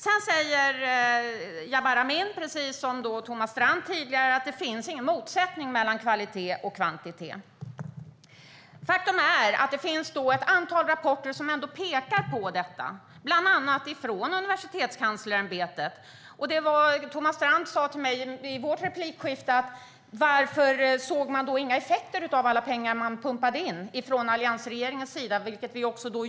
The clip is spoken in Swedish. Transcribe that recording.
Sedan sa Jabar Amin, precis som Thomas Strand tidigare, att det inte finns någon motsättning mellan kvalitet och kvantitet. Faktum är att det finns ett antal rapporter som ändå pekar på detta, bland annat från Universitetskanslersämbetet. Thomas Strand frågade mig i vårt replikskifte varför man inte såg några effekter av alla pengar som alliansregeringen pumpade in.